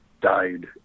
died